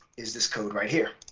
is this code right here.